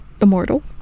Immortal